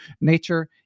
Nature